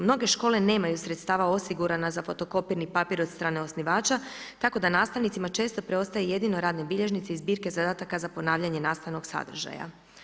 Mnoge škole nemaju sredstava osigurana za fotokopirni papir od strane osnivača, tako da nastavnicima često preostaje jedino radne bilježnice i zbirke zadataka za ponavljanja nastavnog sadržaja.